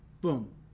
Boom